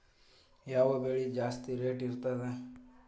ಯಾವ ಬೆಳಿಗೆ ಜಾಸ್ತಿ ರೇಟ್ ಇರ್ತದ?